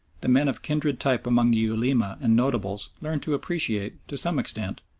the men of kindred type among the ulema and notables learned to appreciate, to some extent,